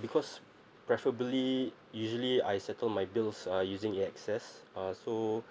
because preferably usually I settle my bills uh using A X S uh so